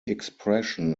expression